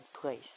place